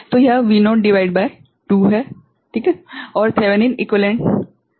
तो यह V0 भागित 2 ठीक है और थेवेनिन इक्विवेलेंट प्रतिरोध क्या है